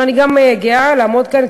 אבל אני גם גאה לעמוד כאן,